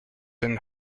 and